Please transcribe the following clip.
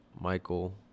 Michael